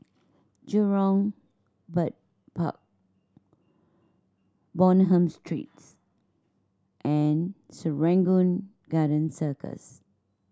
Jurong Bird Park Bonham Street and Serangoon Garden Circus